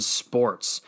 sports